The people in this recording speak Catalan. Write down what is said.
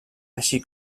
així